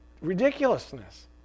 ridiculousness